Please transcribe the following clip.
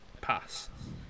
pass